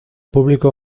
público